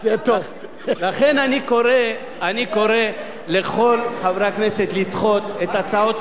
לכן אני קורא לכל חברי הכנסת לדחות את הצעות האי-אמון על הסף.